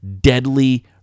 deadly